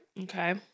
Okay